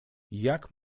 jak